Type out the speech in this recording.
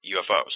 UFOs